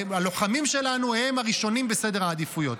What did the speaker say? והלוחמים שלנו הם הראשונים בסדר העדיפויות.